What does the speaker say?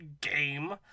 game